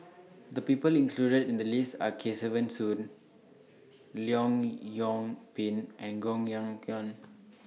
The People included in The list Are Kesavan Soon Leong Yoon Pin and Koh Yong Guan